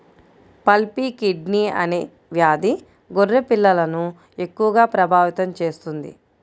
pulpy kidney అనే వ్యాధి గొర్రె పిల్లలను ఎక్కువగా ప్రభావితం చేస్తుంది